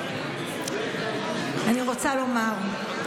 אני רוצה לומר,